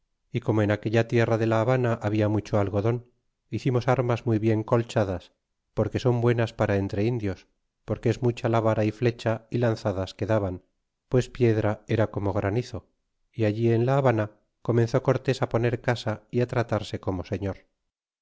y como en aquella tierra de la habana habla mucho algodon hicimos armas muy bien colchadas porque son buenas para entre indios porque es mucha la vara y flecha y lanzadas que daban pues piedra je como granizo y allí en la habana comenzó cortés poner casa y tratarse como señor